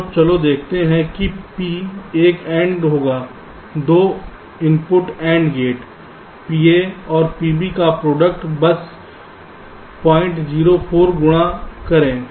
तो चलो देखते हैं कि P एक AND होगा दो इनपुट AND गेट PA और PB का प्रोडक्ट बस 004 गुणा करें